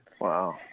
Wow